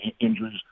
injuries